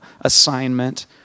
assignment